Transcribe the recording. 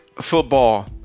football